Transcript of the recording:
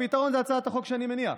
הפתרון הוא הצעת החוק שאני מניח.